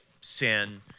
sin